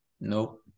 Nope